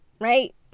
right